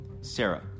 Sarah